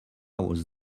was